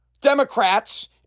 Democrats